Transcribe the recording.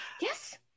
Yes